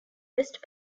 west